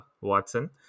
Watson